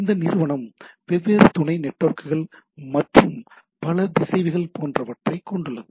இந்த நிறுவனம் வெவ்வேறு துணை நெட்வொர்க்குகள் மற்றும் பல திசைவிகள் போன்றவற்றைக் கொண்டுள்ளது